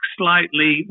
slightly